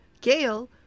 Gail